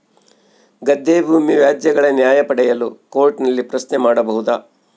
ಗದ್ದೆ ಭೂಮಿ ವ್ಯಾಜ್ಯಗಳ ನ್ಯಾಯ ಪಡೆಯಲು ಕೋರ್ಟ್ ನಲ್ಲಿ ಪ್ರಶ್ನೆ ಮಾಡಬಹುದಾ?